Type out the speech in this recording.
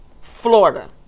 Florida